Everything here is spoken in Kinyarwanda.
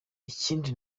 ikindi